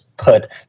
put